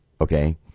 okay